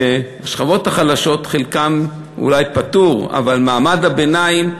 השכבות החלשות, חלקן אולי פטור, אבל מעמד הביניים,